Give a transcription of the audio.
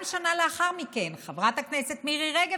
גם שנה לאחר מכן חברת הכנסת מירי רגב,